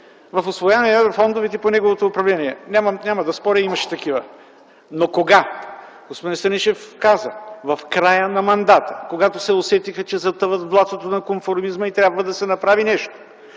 в усвояването на еврофондовете при неговото управление. Няма да споря – имаше такива. Но кога? Господин Станишев каза – в края на мандата. Когато се усетиха, че затъват в блатото на конформизма и трябва да се направи нещо.